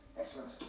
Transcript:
Excellent